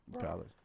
College